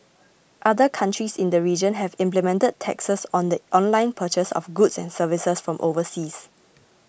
other countries in the region have implemented taxes on the online purchase of goods and services from overseas